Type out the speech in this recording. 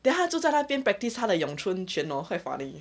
then 他住在那边 practiced 他的咏春拳 lor quite funny